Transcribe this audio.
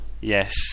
Yes